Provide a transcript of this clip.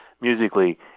Musically